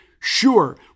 Sure